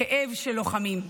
כאב של לוחמים".